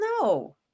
no